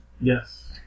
Yes